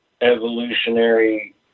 evolutionary